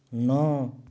ନଅ